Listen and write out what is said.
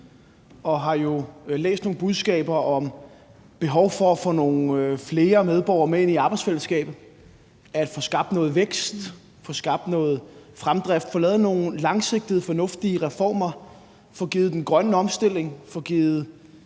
og har jo læst nogle budskaber om behovet for at få nogle flere medborgere med ind i arbejdsfællesskabet, at få skabt noget vækst, få skabt noget fremdrift, få lavet nogle langsigtede fornuftige reformer, få givet den grønne omstilling og